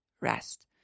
rest